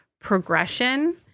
progression